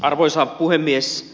arvoisa puhemies